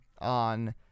on